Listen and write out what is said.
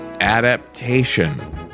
Adaptation